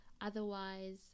otherwise